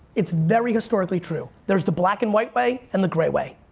it's very historically true, there's the black and white way and the gray way.